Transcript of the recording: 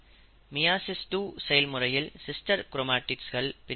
meiosis 2 செயல்முறையில் sister chromatids பிரிக்கப்படும்